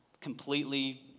completely